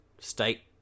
State